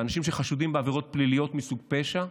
לאנשים שחשודים בעבירות פליליות מסוג פשע.